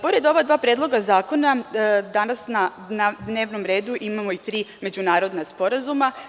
Pored ova dva predloga zakona, danas na dnevnom redu imamo i tri međunarodna sporazuma.